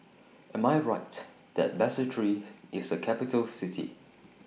Am I Right that Basseterre IS A Capital City